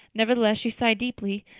nevertheless, she sighed deeply.